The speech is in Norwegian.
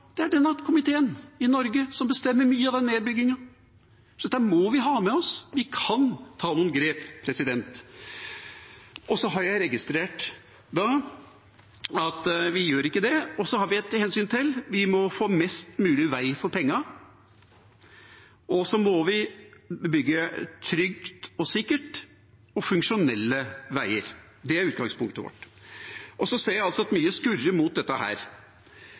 Det er denne komiteen i Norge som bestemmer mye av den nedbyggingen. Så dette må vi ha med oss. Vi kan ta noen grep, og så har jeg registrert at vi ikke gjør det. Så har vi et hensyn til: Vi må få mest mulig vei for pengene, og så må vi bygge trygt og sikkert og funksjonelle veier. Det er utgangspunktet vårt. Jeg ser at mye skurrer mot dette.